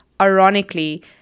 ironically